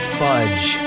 fudge